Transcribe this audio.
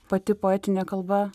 pati poetinė kalba